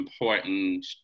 important